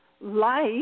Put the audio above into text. life